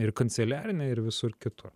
ir kanceliarinė ir visur kitur